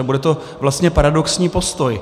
A bude to vlastně paradoxní postoj.